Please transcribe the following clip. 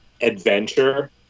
adventure